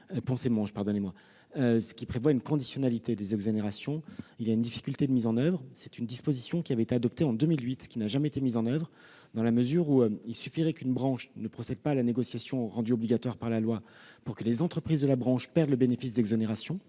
318 qui prévoit une conditionnalité des exonérations, il existe une difficulté de mise en oeuvre. Une telle disposition avait été adoptée en 2008, mais elle n'a jamais été appliquée dans la mesure où il suffirait qu'une branche ne procède pas à la négociation rendue obligatoire par la loi pour que les entreprises de la branche perdent le bénéfice de l'exonération.